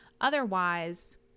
Otherwise